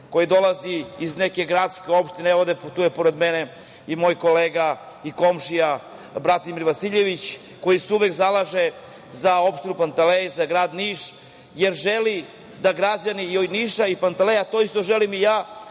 koji dolazi iz neke gradske opštine, evo, tu je pored mene moj kolega i komšija Bratimir Vasiljević, koji se uvek zalaže za opštinu Pantelej, za grad Niš, jer želi da građani Niša i Panteleja, a to isto želim i ja,